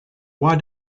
why